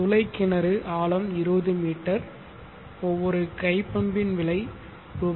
துளை கிணறு ஆழம் 20 மீ ஒவ்வொரு கை பம்பின் விலை ரூ